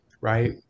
right